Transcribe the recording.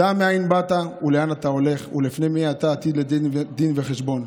דע מאין באת ולאן אתה הולך ולפני מי אתה עתיד ליתן דין וחשבון.